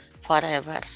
forever